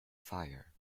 fire